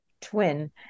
twin